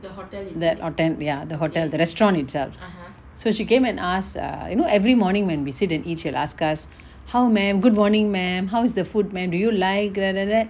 the hotel ya the hotel the restaurant itself so she came and ask err you know every morning when we sit and eat she will ask us how ma'am good morning ma'am how is the food ma'am do you like you know all that